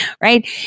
right